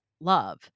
love